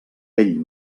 pell